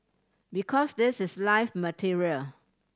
because this is live material